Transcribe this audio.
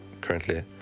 currently